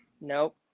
Nope